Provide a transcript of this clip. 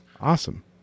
awesome